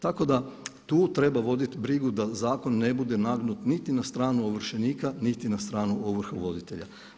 Tako da tu treba voditi brigu da zakon ne bude nagnut niti na stranu ovršenika niti na stranu ovrhovoditelja.